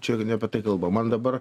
čia ne apie tai kalba man dabar